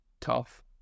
tough